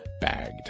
bagged